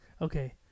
Okay